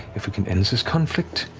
if we can end this this conflict,